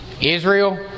Israel